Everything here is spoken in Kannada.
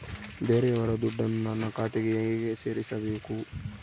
ಬೇರೆಯವರ ದುಡ್ಡನ್ನು ನನ್ನ ಖಾತೆಗೆ ಹೇಗೆ ಸೇರಿಸಬೇಕು?